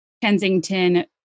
Kensington